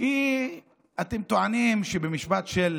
כי אתם טוענים שבמשפט של